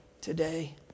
today